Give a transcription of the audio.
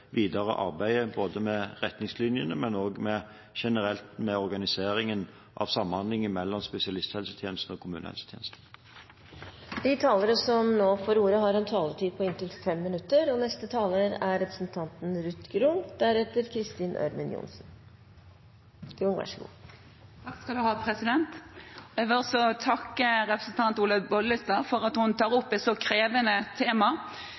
videre arbeidet, både med retningslinjene og også generelt med organiseringen av samhandlingen mellom spesialisthelsetjenesten og kommunehelsetjenesten. Jeg vil også takke representanten Olaug Bollestad for at hun tar opp et så krevende tema.